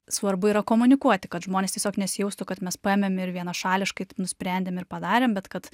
svarbu yra komunikuoti kad žmonės tiesiog nesijaustų kad mes paėmėm ir vienašališkai nusprendėm ir padarėm bet kad